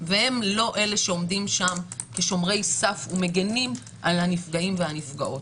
והם לא אלה שעומדים שם כשומרי סף ומגינים על הנפגעים והנפגעות.